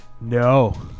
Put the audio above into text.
No